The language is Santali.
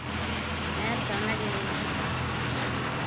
ᱦᱮᱸᱛᱚ ᱚᱱᱟᱜᱤᱧ ᱢᱮᱱᱫᱟ